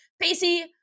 Pacey